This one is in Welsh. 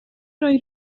roi